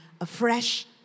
afresh